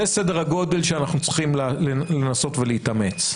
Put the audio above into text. זה סדר הגודל שאנחנו צריכים לנסות ולהתאמץ,